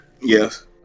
Yes